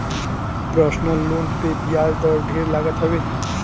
personal loan पर बियाज दर ढेर लागत हवे